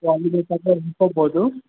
so ಅಲ್ಲಿ ಬೇಕಾದರೆ ಉಳ್ಕೊಬೋದು